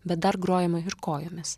bet dar grojama ir kojomis